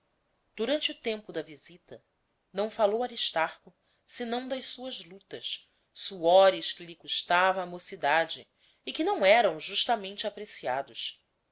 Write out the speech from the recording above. durante o tempo da visita não falou aristarco senão das suas lutas suores que lhe custava a mocidade e que não eram justamente apreciados